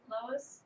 Lois